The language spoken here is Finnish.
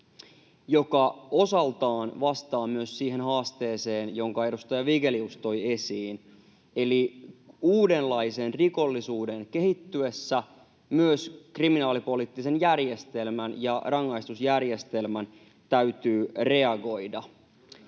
joka osaltaan vastaa myös siihen haasteeseen, jonka edustaja Vigelius toi esiin, eli uudenlaisen rikollisuuden kehittyessä myös kriminaalipoliittisen järjestelmän ja rangaistusjärjestelmän täytyy reagoida.